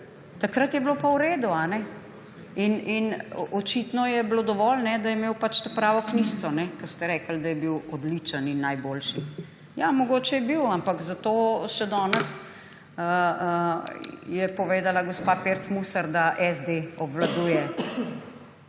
Takrat je bilo pa v redu. Očitno je bilo dovolj, da je imel pravo knjižico, ker ste rekli, da je bil odličen in najboljši. Ja mogoče je bil, ampak zato še danes je povedala gospa Pirc Musar, da SD obvladuje